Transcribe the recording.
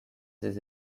ses